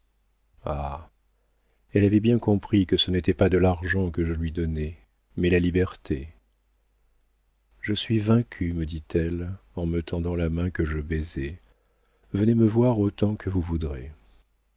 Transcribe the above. elle avait bien compris que ce n'était pas de l'argent que je lui donnais mais la liberté je suis vaincue me dit-elle en me tendant la main que je baisai venez me voir autant que vous voudrez